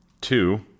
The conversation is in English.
Two